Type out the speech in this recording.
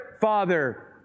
Father